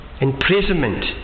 imprisonment